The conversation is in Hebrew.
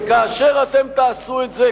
וכאשר אתם תעשו את זה,